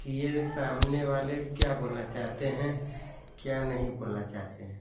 कि ये सामने वाले क्या बोलना चाहते हैं क्या नही बोलना चाहते हैं